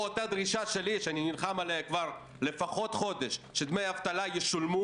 או אותה דרישה שלי שאני נלחם עליה לפחות חודש שדמי אבטלה ישולמו